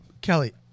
Kelly